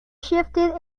shifted